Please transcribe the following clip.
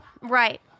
Right